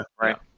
Right